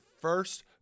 first